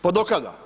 Pa do kada?